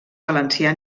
valencià